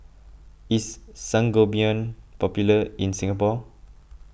is Sangobion popular in Singapore